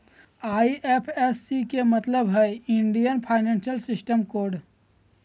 IFSC के मतलब हइ इंडियन फाइनेंशियल सिस्टम कोड